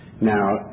Now